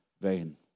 vain